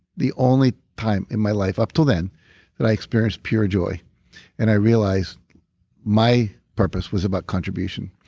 the only time in my life up till then that i experienced pure joy and i realized my purpose was about contribution.